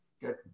Good